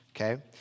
Okay